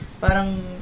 Parang